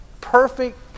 perfect